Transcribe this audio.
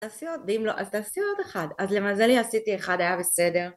תעשי עוד, ואם לא, אז תעשי עוד אחד, אז למזל לי עשיתי אחד היה בסדר.